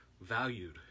valued